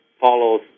follows